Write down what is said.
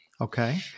Okay